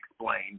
explain